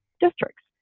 districts